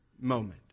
Moment